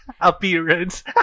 appearance